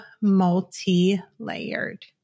multi-layered